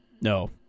No